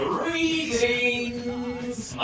Greetings